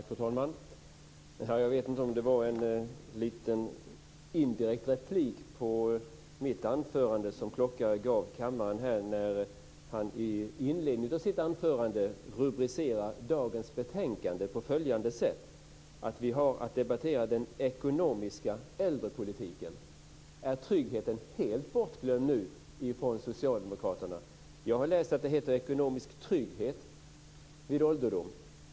Fru talman! Jag vet inte om det var en liten indirekt replik på mitt anförande som Lennart Klockare gav kammaren här när han i inledningen av sitt anförande rubricerade dagens betänkande på följande sätt, att vi har att debattera den ekonomiska äldrepolitiken. Är tryggheten helt bortglömd nu från socialdemokraterna? Jag har läst att det heter ekonomisk trygghet vid ålderdom.